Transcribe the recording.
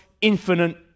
infinite